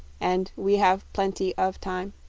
and we have plen-ty of time.